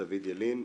דוד ילין,